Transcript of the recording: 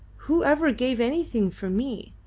who ever gave anything for me?